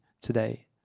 today